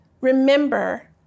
remember